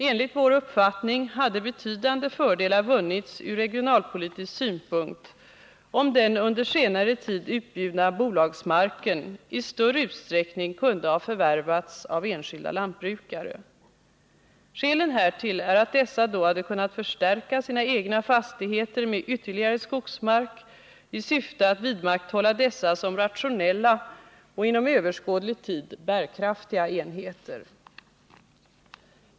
Enligt vår uppfattning hade betydande fördelar vunnits ur regionalpolitisk synpunkt, om den under senare tid utbjudna bolagsmarken i större utsträckning hade kunnat förvärvas av enskilda lantbrukare. Skälen härtill är att dessa då hade kunnat förstärka sina egna fastigheter med ytterligare skogsmark i syfte att vidmakthålla dessa som rationella och inom överskådlig tid bärkraftiga enheter.